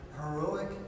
heroic